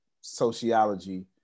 sociology